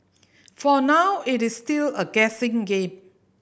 for now it is still a guessing game